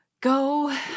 go